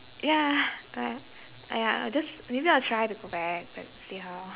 ya but !aiya! I'll just maybe I'll try to go back but see how